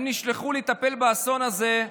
הם נשלחו לטפל באסון הזה,